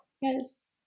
Yes